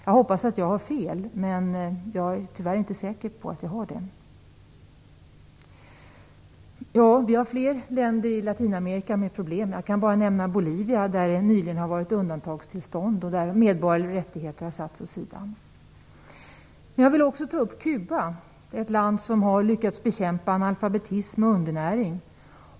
Jag hoppas att jag har fel, men jag är tyvärr inte säker på det. Vi har fler länder i Latinamerika med problem. Jag kan bara nämna Bolivia där det nyligen har varit undantagstillstånd och där de medborgerliga rättigheterna har satts åt sidan. Jag vill också ta upp Kuba. Det är ett land som har lyckat bekämpa analfabetism och undernäring.